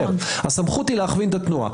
הסמכות היא להכווין את התנועה.